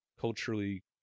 culturally